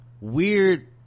weird